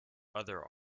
other